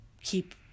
keep